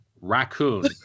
Raccoon